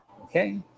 Okay